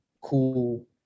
cool